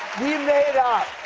we made up.